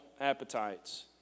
appetites